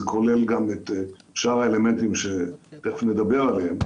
זה כולל גם את שאר האלמנטים שתכף נדבר אליהם.